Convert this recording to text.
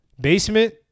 Basement